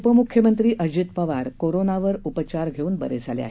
उपमुख्यमंत्री अजित पवार कोरोनावर उपचार घेऊन बरे झाले आहेत